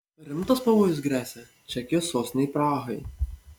rimtas pavojus gresia čekijos sostinei prahai